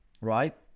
right